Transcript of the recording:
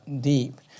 deep